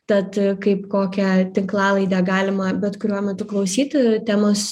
tad kaip kokią tinklalaidę galima bet kuriuo metu klausyti temos